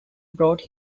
brought